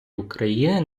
україни